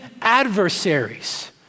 adversaries